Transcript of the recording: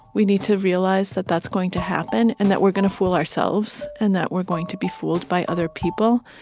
we need to realize that that's going to happen and that we're going to fool ourselves and that we're going to be fooled by other people.